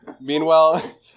Meanwhile